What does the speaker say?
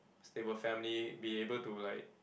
stable family be able to like